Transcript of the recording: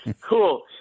Cool